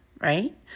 right